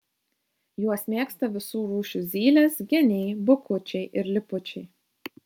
juos mėgsta visų rūšių zylės geniai bukučiai ir lipučiai